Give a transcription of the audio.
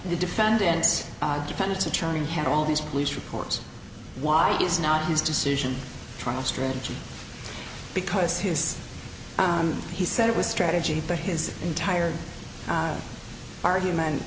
the defendant's defense attorney had all these police reports why is not his decision trial strategy because his on he said it was strategy but his entire argument